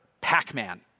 Pac-Man